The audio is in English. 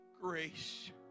grace